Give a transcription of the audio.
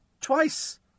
Twice